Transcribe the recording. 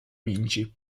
vinci